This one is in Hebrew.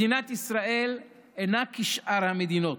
מדינת ישראל אינה כשאר המדינות.